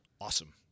awesome